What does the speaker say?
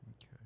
Okay